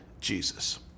Jesus